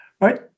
right